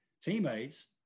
teammates